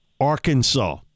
Arkansas